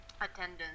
attendance